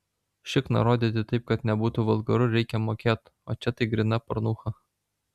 šikną rodyti taip kad nebūtų vulgaru reikia mokėt o čia tai gryna pornucha